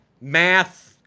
math